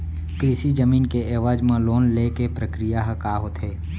कृषि जमीन के एवज म लोन ले के प्रक्रिया ह का होथे?